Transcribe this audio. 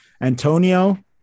Antonio